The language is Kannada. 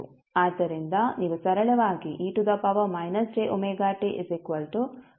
ಆದ್ದರಿಂದ ನೀವು ಸರಳವಾಗಿ ಅನ್ನು ಬರೆಯಬಹುದು